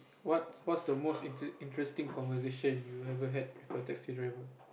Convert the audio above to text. what's what's the most int~ interesting conversation you've ever had with a taxi driver